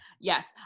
Yes